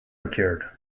occurred